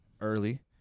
early